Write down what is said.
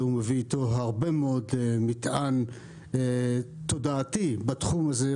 הוא מביא איתו הרבה מאוד מטען תודעתי בתחום הזה,